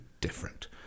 different